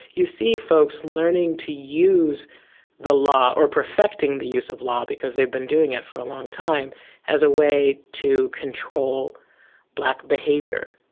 you see folks learning to use the law or perfecting the use of law because they've been doing it for a long time as a way to control black behaviour.